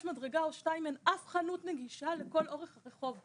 אין אף חנות נגישה לכל אורך הרחוב.